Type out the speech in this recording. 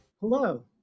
Hello